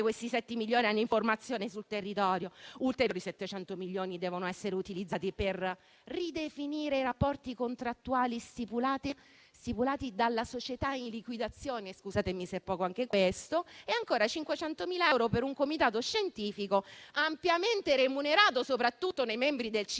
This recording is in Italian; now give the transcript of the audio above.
questi 7 milioni all'informazione sul territorio. Ulteriori 700 milioni devono essere utilizzati per ridefinire i rapporti contrattuali stipulati dalla società in liquidazione - scusate se è poco anche questo - e ancora 500.000 euro per un comitato scientifico ampiamente remunerato soprattutto nei membri del consiglio